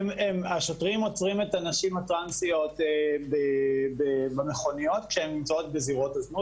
השוטרים עוצרים את הנשים הטרנסיות במכוניות כשהן נמצאות בזירות הזנות.